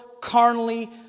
carnally